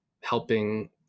helping